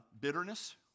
Bitterness